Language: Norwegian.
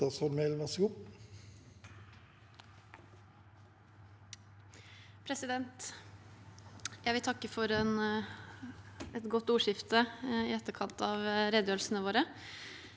Jeg vil takke for et godt ordskifte i etterkant av redegjørelsene våre.